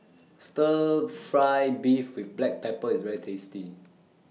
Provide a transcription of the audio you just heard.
Stir Fry Beef with Black Pepper IS very tasty